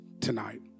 tonight